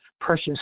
precious